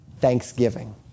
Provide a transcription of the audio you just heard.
thanksgiving